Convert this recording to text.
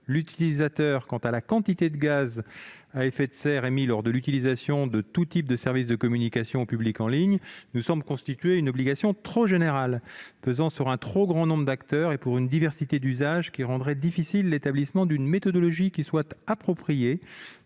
l'utilisateur quant à la quantité de gaz à effet de serre émise lors de l'utilisation de tout type de services de communication au public en ligne nous semble constituer une obligation trop générale, pesant sur un trop grand nombre d'acteurs et pour une diversité d'usages qui rendrait difficile l'établissement d'une méthodologie appropriée